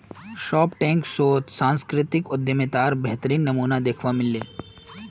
Shark Tank शोत सांस्कृतिक उद्यमितार बेहतरीन नमूना दखवा मिल ले